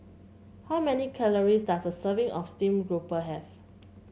how many calories does a serving of stream grouper have